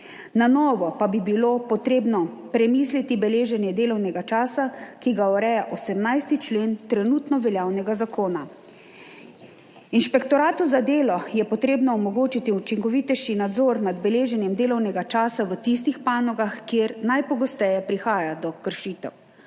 Na novo pa bi bilo treba premisliti beleženje delovnega časa, ki ga ureja 18. člen trenutno veljavnega zakona. Inšpektoratu za delo je treba omogočiti učinkovitejši nadzor nad beleženjem delovnega časa v tistih panogah, kjer najpogosteje prihaja do kršitev,